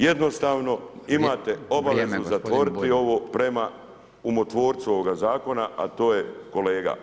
Jednostavno imate obavezu zatvoriti ovo prema umotvorcu ovog zakona, a to je kolega.